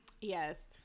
Yes